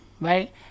right